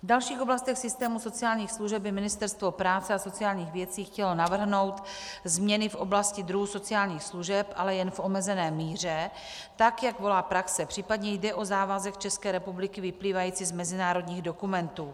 V dalších oblastech systému sociálních služeb by Ministerstvo práce a sociálních věcí chtělo navrhnout změny v oblasti druhů sociálních služeb, ale jen v omezené míře, jak volá praxe, případně jde o závazek České republiky vyplývající z mezinárodních dokumentů.